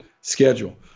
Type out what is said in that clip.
schedule